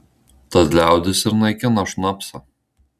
tad liaudis ir naikina šnapsą